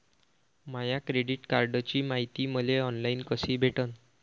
माया credit कार्डची मायती मले ऑनलाईन कसी भेटन?